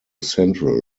central